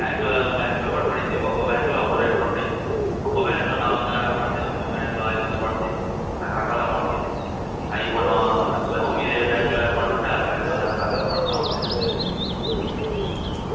బ్యాంక్లో బ్యాంక్లో కూడా పడుతుంది ఒక్కొక్క బ్యాంక్లో ఒక్కొక్క రేట్లు ఉంటాయి ఒక్కొక్క బ్యాంక్లో నాలుగొందల యాభై పడతాయి ఒక్కొక్క బ్యాంక్లో ఐదొందలు పడతాయి రకరకాలుగా ఉంటాయి అవి మనం చెప్పలేము మీరు ఏ బ్యాంక్లో అకౌంటు ఉంటే ఆ బ్యాంక్లో దాని ప్రకారం పడతూ ఉంటాయి అంతే